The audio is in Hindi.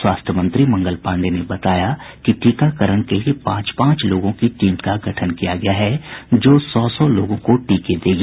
स्वास्थ्य मंत्री मंगल पांडेय ने बताया कि टीकाकरण के लिए पांच पांच लोगों की टीम का गठन किया गया है जो सौ सौ लोगों को टीके देगी